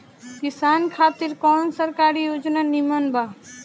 किसान खातिर कवन सरकारी योजना नीमन बा?